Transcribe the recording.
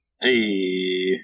Hey